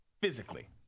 Physically